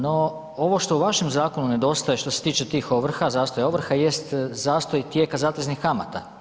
No, ovo što u vašem zakonu nedostaje što se tiče tih ovrha, zastoja ovrha, jest zastoj tijeka zateznih kamata.